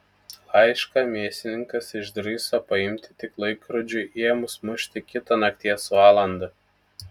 laišką mėsininkas išdrįso paimti tik laikrodžiui ėmus mušti kitą nakties valandą